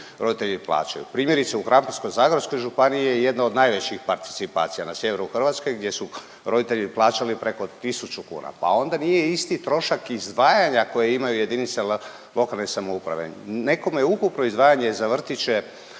Primjerice, u Krapinsko-zagorskoj županiji je jedna od najvećih participacija u sjeveru Hrvatske gdje su roditelji plaćali preko 1000 kuna, pa onda nije isti trošak izdvajanja koje imaju jedinice lokalne samouprave. Nekome je ukupno izdvajanje za vrtiće